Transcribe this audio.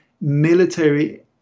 military